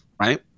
right